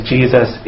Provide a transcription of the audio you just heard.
Jesus